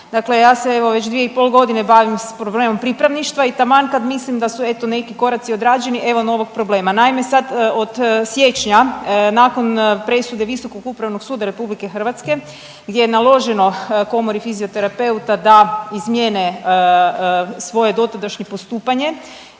dakle ja se evo već 2 i pol godine bavim s problemom pripravništva i taman kad mislim da su eto neki koraci odrađeni evo novog problema. Naime, sad od siječnja nakon presude Visokog upravnog suda RH gdje je naloženo Komori fizioterapeuta da izmjene svoje dotadašnje postupanje